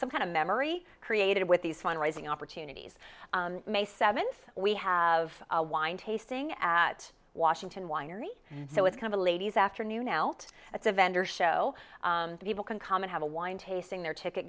some kind of memory created with these fundraising opportunities may seventh we have a wine tasting at washington winery so it's kind of a ladies afternoon out at the vendor show the people can come and have a wine tasting their ticket